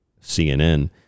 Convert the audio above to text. CNN